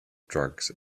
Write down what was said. drugs